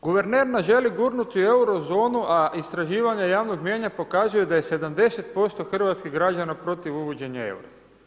Guverner nas želi gurnuti u Eurozonu, a istraživanje javnog mnijenja pokazuje da je 70% hrvatskih građana protiv uvođenja eura.